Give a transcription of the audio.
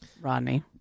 Rodney